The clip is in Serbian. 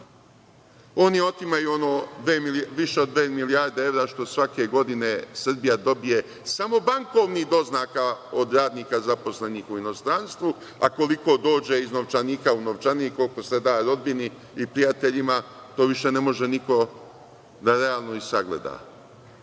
Oni otimaju više od dve milijarde evra što svake godine Srbija dobije samo bankovnih doznaka od radnika zaposlenih u inostranstvu, a koliko dođe iz novčanika u novčanik, koliko se daje rodbini i prijateljima to više ne može niko da realno sagleda.